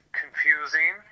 confusing